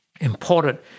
important